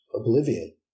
oblivion